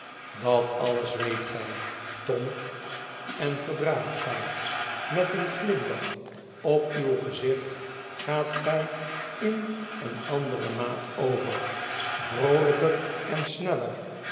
dat alles weet gij tom en verdraagt gij met een glimlach op uw gezicht gaat gij in een andere maat over vroolijker en sneller